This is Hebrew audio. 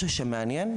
משהו שמעניין,